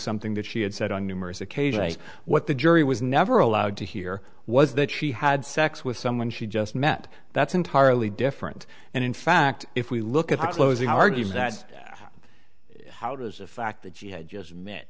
something that she had said on numerous occasions and what the jury was never allowed to hear was that she had sex with someone she just met that's entirely different and in fact if we look at the closing argument that's how does the fact that she had just met